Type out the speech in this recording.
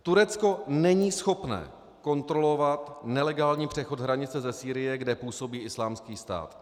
Turecko není schopné kontrolovat nelegální přechod hranice ze Sýrie, kde působí Islámský stát.